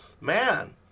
man